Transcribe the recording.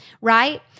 right